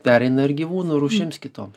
pereina ir gyvūnų rūšims kitoms